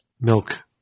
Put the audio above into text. Milk